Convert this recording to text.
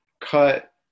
cut